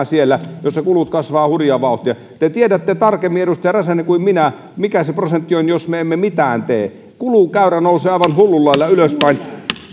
siellä missä kulut kasvavat hurjaa vauhtia te edustaja räsänen tiedätte tarkemmin kuin minä mikä se prosentti on jos me emme mitään tee kulukäyrä nousee aivan hullun lailla ylöspäin